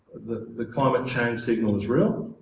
the the climate change signal is real